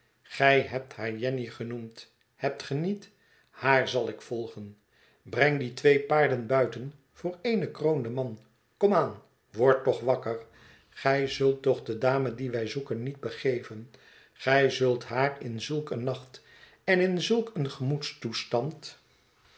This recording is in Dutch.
gij hebt haar jenny genoemd hebt ge niet haar zal ik volgen breng die twee paarden buiten voor eene kroon den man kom aan word toch wakker gij zult toch de dame die wij zoeken niet begeven gij zult haar in zulk een nacht en in zulk een